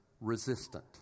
resistant